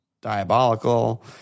diabolical